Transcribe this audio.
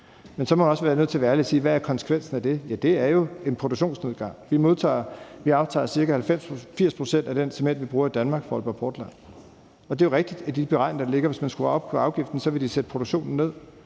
Men jeg er også nødt til at være ærlig og sige: Hvad er konsekvensen af det? Ja, det er jo en produktionsnedgang. Vi aftager ca. 80 pct. af den cement, vi bruger i Danmark, fra Aalborg Portland. Og det er jo rigtigt ud fra de beregninger, der ligger, at hvis man skruer op for afgiften, vil de sætte produktionen ned,